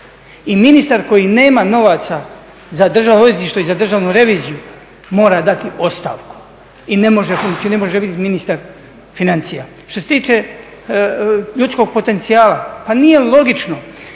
I ministar koji nema novaca za Državno odvjetništvo i za Državnu reviziju mora dati ostavku i ne može biti ministar financija. Što se tiče ljudskog potencijala, pa nije logično